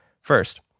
First